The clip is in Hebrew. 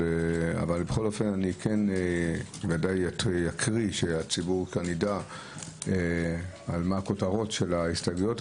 אבל בכל אופן אני אקריא כדי שהציבור יידע מה הכותרות של ההסתייגויות.